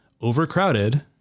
overcrowded